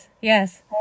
Yes